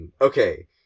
okay